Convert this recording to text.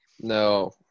No